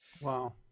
Wow